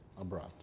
abroad